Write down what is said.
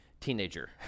teenager